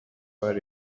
bar